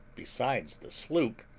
besides the sloop,